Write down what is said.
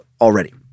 already